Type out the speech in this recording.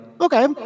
okay